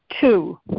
Two